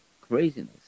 craziness